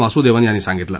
वासुदेवन यांनी सांगितलं